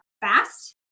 fast